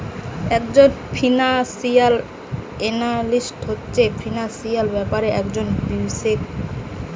একজন financial analyst হচ্ছে financial ব্যাপারে একজন বিশেষজ্ঞ